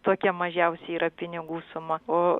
tokia mažiausia yra pinigų suma o